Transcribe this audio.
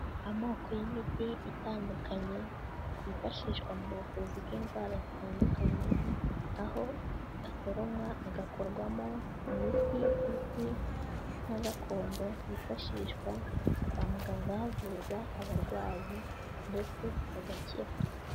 Amoko y'imiti itandukanye yifashishwa mu buvuzi bw'indwara zitandukanye, aho asoromwa agakorwamo imiti izwi nka gakondo yifashishwa kwa muganga havurwa abarwayi ndetse bagakira.